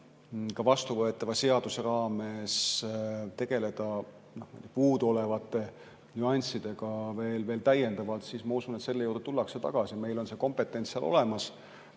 ka vastuvõetava seaduse raames tegeleda puuduolevate nüanssidega veel täiendavalt, siis ma usun, et selle juurde tullakse tagasi. Meil on see kompetents ministeeriumi